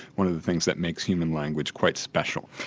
one of the things that makes human language quite special.